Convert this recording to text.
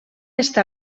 està